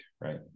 right